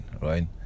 right